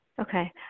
Okay